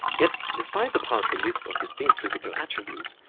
yet despite the paltry list of distinct physical attributes,